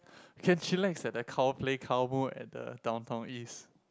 you can chillax at the Cow-Play-Cow-Moo at the Downtown East